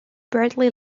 brightly